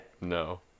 No